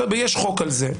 ויש חוק על זה,